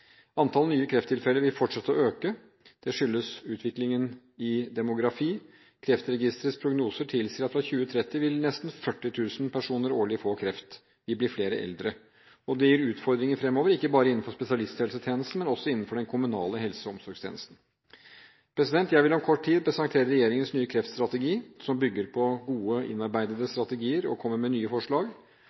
nye krefttilfeller vil fortsette å øke. Det skyldes utviklingen i demografi. Kreftregisterets prognoser tilsier at fra 2030 vil nesten 40 000 personer årlig få kreft – vi blir flere eldre. Det gir utfordringer fremover, ikke bare innenfor spesialisthelsetjenesten, men også innenfor den kommunale helse- og omsorgstjenesten. Jeg vil om kort tid presentere regjeringens nye kreftstrategi som bygger på gode, innarbeidede strategier, og komme med nye forslag.